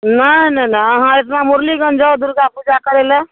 नहि नहि नहि अहाँ एक दिना मुरलीगञ्ज जाएब दुर्गा पूजा करै लै